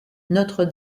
notre